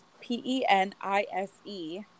P-E-N-I-S-E